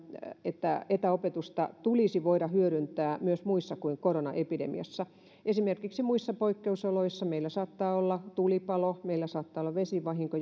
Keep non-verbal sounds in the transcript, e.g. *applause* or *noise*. että etäopetusta tulisi voida hyödyntää myös muuten kuin koronaepidemiassa esimerkiksi muissa poikkeusoloissa meillä saattaa olla tulipalo meillä saattaa olla vesivahinko *unintelligible*